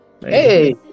Hey